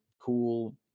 cool